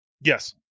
Yes